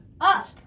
Up